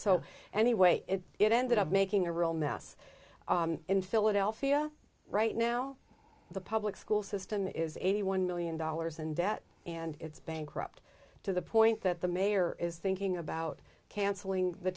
so anyway it ended up making a real mess in philadelphia right now the public school system is eighty one million dollars in debt and it's bankrupt to the point that the mayor is thinking about canceling the